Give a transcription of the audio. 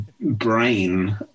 brain